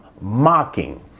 mocking